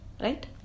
Right